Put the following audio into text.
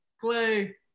Clay